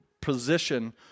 position